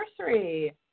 anniversary